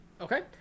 Okay